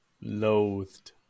Loathed